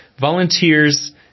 volunteers